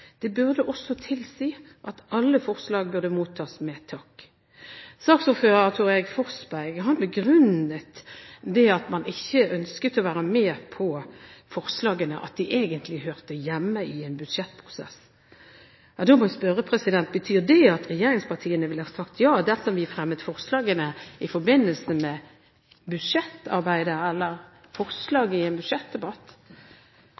burde også tilsi at alle forslag burde mottas med takk. Saksordføreren, Thor Erik Forsberg, begrunnet det at man ikke ønsket å være med på forslagene med at de egentlig hører hjemme i en budsjettprosess. Da må jeg spørre: Betyr det at regjeringspartiene ville sagt ja dersom vi hadde fremmet forslagene i forbindelse med budsjettarbeidet, eller